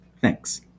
Thanks